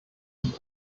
ich